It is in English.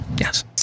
Yes